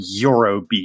Eurobeat